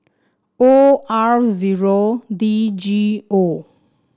O R zero D G O